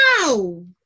no